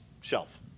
shelf